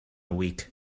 week